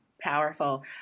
powerful